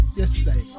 yesterday